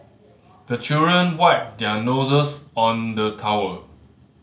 the children wipe their noses on the towel